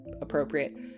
appropriate